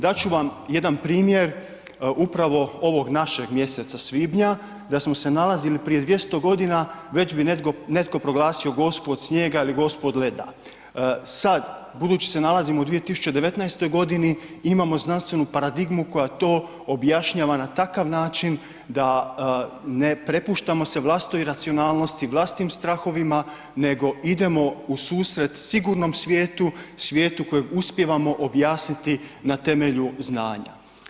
Dat ću vam jedan primjer upravo ovog našeg mjeseca svibnja da smo se nalazili prije 200.g., već bi netko proglasio Gospu od snijega ili Gospu od leda, sad budući se nalazimo u 2019.g. imamo znanstvenu paradigmu koja to objašnjava na takav način da ne prepuštamo se vlastitoj iracionalnosti, vlastitim strahovima, nego idemo u susret sigurnom svijetu, svijetu kojeg uspijevamo objasniti na temelju znanja.